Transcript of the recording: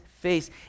face